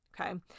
Okay